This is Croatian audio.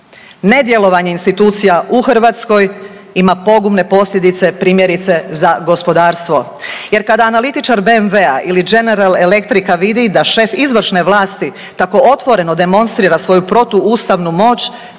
Nedjelovanje institucija u Hrvatskoj ima pogubne posljedice primjerice za gospodarstvo. Jer kada analitičar BMW-a ili General Electrica vidi da šef izvršne vlasti tako otvoreno demonstrira svoju protuustavnu moć,